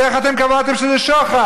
אז איך אתם קבעתם שזה שוחד?